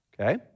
Okay